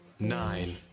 nine